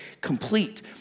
complete